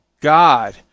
God